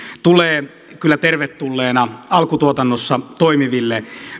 tulee kyllä tervetulleena alkutuotannossa toimiville